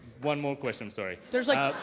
one more question, i'm sorry. there's like